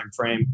timeframe